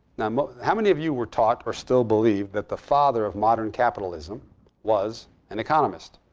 now how many of you were taught or still believe that the father of modern capitalism was an economist?